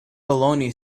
baloney